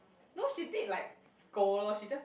no she did like scold lor she just